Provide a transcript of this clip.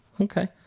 Okay